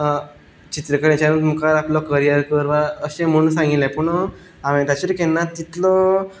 चित्रकलेचेर मुखार आपलो करियर कर वा अशें म्हूण सांगिल्लें पुणून हांवें ताचेर केन्ना तितलो